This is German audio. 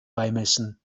beimessen